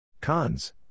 Cons